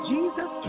Jesus